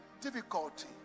difficulty